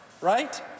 right